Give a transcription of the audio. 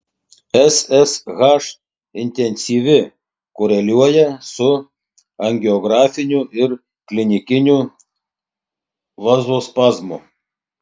ssh intensyvi koreliuoja su angiografiniu ir klinikiniu vazospazmu